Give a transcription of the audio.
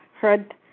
heard